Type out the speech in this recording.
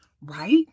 Right